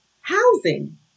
housing